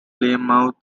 plymouth